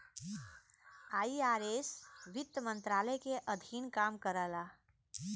IRS वित्त मंत्रालय के अधीन काम करला